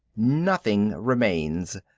nothing remains,